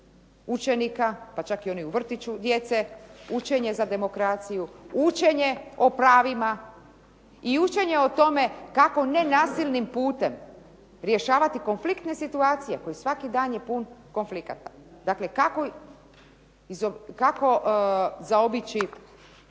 učenika pa čak i one djece u vrtiću, učenje za demokraciju, učenje o pravima i učenje o tome kako nenasilnim putem rješavati konfliktne situacije kojih svaki dan je pun konflikata, dakle kako zaobići